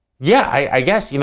yeah, i guess. you know